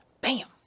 Bam